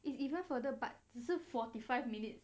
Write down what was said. it's even further but 只是 forty five minutes